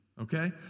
Okay